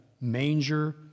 manger